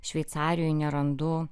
šveicarijoj nerandu